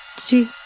to